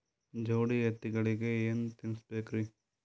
ಜೋಡಿ ಎತ್ತಗಳಿಗಿ ಏನ ತಿನಸಬೇಕ್ರಿ?